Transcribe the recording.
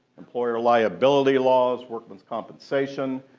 employer liability laws, workman's compensation,